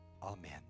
Amen